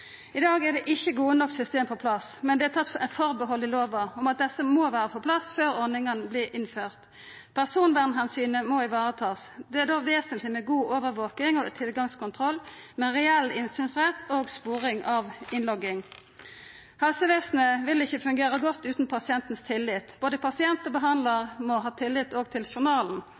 I dag er det ikkje gode nok system på plass, men det er tatt eit atterhald i loven om at desse må vera på plass før ordninga vert innført. Personvernomsynet må varetakast. Det er då vesentleg med god overvaking og tilgangskontroll når det gjeld innsynsrett og sporing av innlogging. Helsevesenet vil ikkje fungera godt utan pasientens tillit. Både pasient og behandlar må ha tillit òg til journalen. At enkelte helseopplysningar må kunna skjermast og